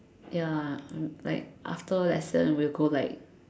ya like after lesson we'll go like